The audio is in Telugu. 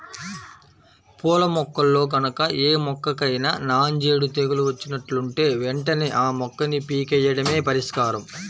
పూల మొక్కల్లో గనక ఏ మొక్కకైనా నాంజేడు తెగులు వచ్చినట్లుంటే వెంటనే ఆ మొక్కని పీకెయ్యడమే పరిష్కారం